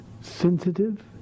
sensitive